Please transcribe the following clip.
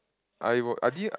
I were I din